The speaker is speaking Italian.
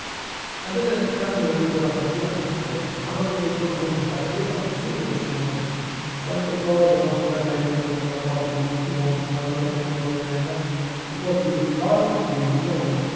adele ruzzani era dunque una fanciulla capricciosa ma lo ripeto non faceva fuggire nessuno quante cose non si permettono ad una coppia di milioni quando vestono gonnella si può dir corna di quei milioni